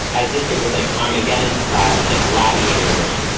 as if it was like armageddon style in a gladiator ring,